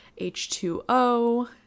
H2O